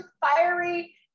fiery